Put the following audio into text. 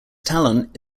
talent